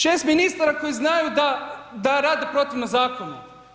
6 ministara koji znaju da rade protivno zakonu.